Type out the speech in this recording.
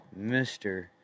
Mr